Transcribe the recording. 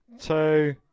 two